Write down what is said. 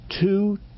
two